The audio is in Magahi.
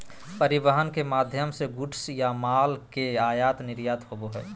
परिवहन के माध्यम से गुड्स या माल के आयात निर्यात होबो हय